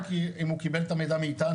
אם הוא קיבל את המידע מאיתנו.